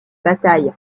bataille